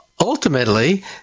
ultimately